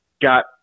got